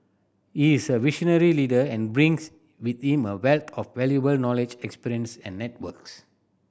he is a visionary leader and brings with him a wealth of valuable knowledge experience and networks